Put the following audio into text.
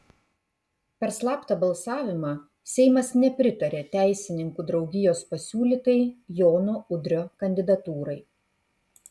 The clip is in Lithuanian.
per slaptą balsavimą seimas nepritarė teisininkų draugijos pasiūlytai jono udrio kandidatūrai